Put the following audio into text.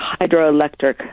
hydroelectric